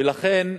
ולכן,